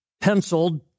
penciled